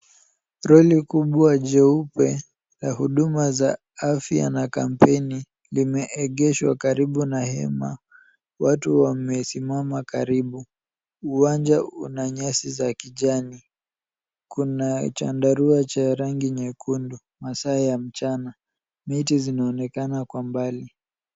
Lori kubwa jeupe la huduma za afya na kampeni limeegeshwa karibu na hema. Watu wamesimama karibu. Uwanja una nyasi za kijani. Kuna chandarua cha rangi nyekundu. Masaa ya mchana. Miti zinaonekana kwa mbali.